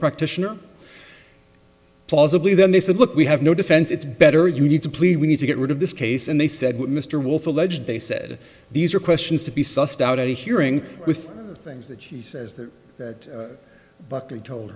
practitioner plausibly then they said look we have no defense it's better you need to plead we need to get rid of this case and they said mr wolfe alleged they said these are questions to be sussed out at a hearing with things that she says that that bucket told